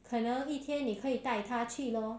可能一天你可以带他去 lor